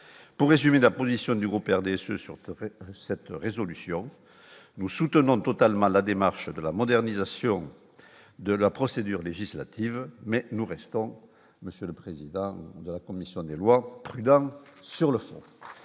pour résumer la position du groupe RDSE surtout cette résolution nous soutenons totalement la démarche de la modernisation de la procédure législative, mais nous restons, monsieur le président de la commission des lois, prudent sur le fond,